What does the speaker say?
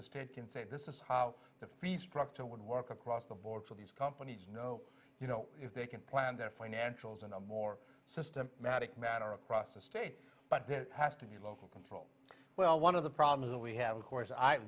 the state can say this is how the fee structure would work across the board so these companies know if they can plan their financials in a more systematic manner across the state but there has to be local control well one of the problems that we have of course i